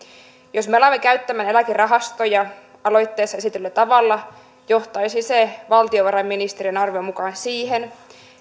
jos me me alamme käyttämään eläkerahastoja aloitteessa esitetyllä tavalla johtaisi se valtiovarainministeriön arvion mukaan siihen